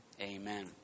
Amen